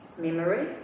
memory